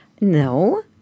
no